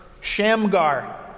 Shamgar